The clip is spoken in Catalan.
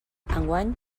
enguany